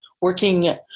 working